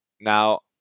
now